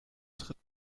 tritt